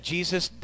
Jesus